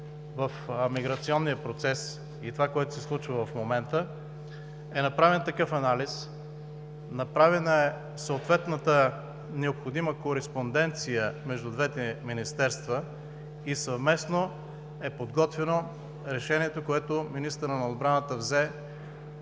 в миграционния процес и това, което се случва в момента, е направен такъв анализ, направена е съответната необходима кореспонденция между двете министерства и съвместно е подготвено решението, което министърът на отбраната взе